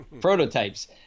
prototypes